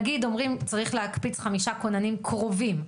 נגיד אומרים צריך להקפיץ חמישה כוננים קרובים,